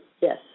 Yes